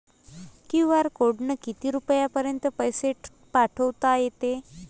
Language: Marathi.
क्यू.आर कोडनं किती रुपयापर्यंत पैसे पाठोता येते?